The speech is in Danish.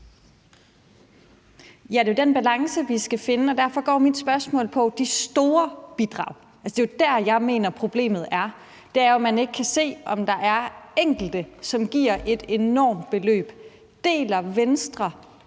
Ja, det er jo den balance, vi skal finde, og derfor går mit spørgsmål på de store bidrag. Altså, det er jo der, jeg mener problemet er – det er jo, at man ikke kan se, om der er enkelte, som giver et enormt beløb. Deler Venstre